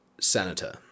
senator